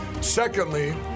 Secondly